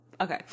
Okay